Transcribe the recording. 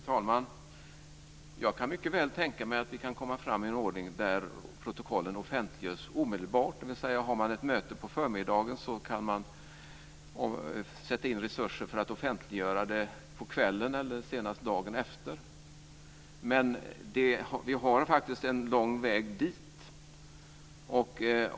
Fru talman! Jag kan mycket väl tänka mig att vi kan komma fram till en ordning där protokollen offentliggörs omedelbart. Har man ett möte på förmiddagen kan man sätta in resurser för att offentliggöra det på kvällen eller senast dagen efter. Men vi har faktiskt en lång väg dit.